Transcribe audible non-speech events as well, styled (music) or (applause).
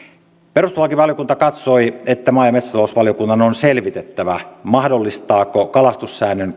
perustuslakivaliokunta katsoi että maa ja metsätalousvaliokunnan on selvitettävä mahdollistaako kalastussäännön (unintelligible)